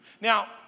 Now